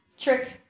Trick